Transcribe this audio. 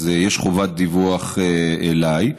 יש חובת דיווח אליי.